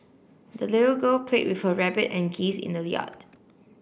the little girl played with her rabbit and geese in the yard